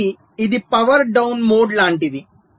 కాబట్టి ఇది power down mode లాంటిది